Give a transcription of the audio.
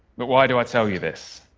but why do i tell you this?